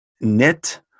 knit